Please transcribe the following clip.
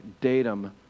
datum